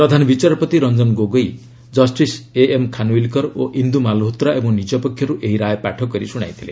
ପ୍ରଧାନବିଚାରପତି Ranjan Gogoi justice M Khanwilkar ଓ ଇନ୍ଦୁ ମାଲହୋତ୍ରା ଏବଂ ନିଜ ପକ୍ଷରୁ ଏହି ରାୟ ପାଠ କରି ଶୁଣାଇଥିଲେ